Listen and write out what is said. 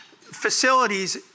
facilities